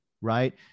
right